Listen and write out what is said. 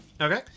Okay